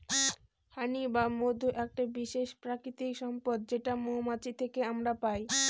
হানি বা মধু একটা বিশেষ প্রাকৃতিক সম্পদ যেটা মৌমাছি থেকে আমরা পাই